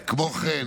כמו כן,